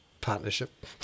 Partnership